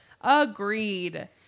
Agreed